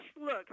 look